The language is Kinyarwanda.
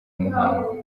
muhango